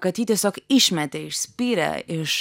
kad jį tiesiog išmetė išspyrė iš